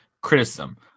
Criticism